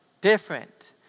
different